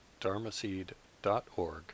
dharmaseed.org